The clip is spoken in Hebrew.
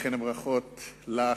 לכן ברכות לך,